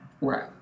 right